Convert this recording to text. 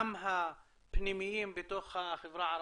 גם הפנימיים בתוך החברה הערבית,